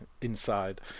inside